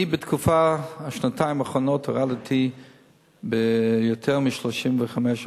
אני בתקופה, בשנתיים האחרונות, הורדתי ביותר מ-35%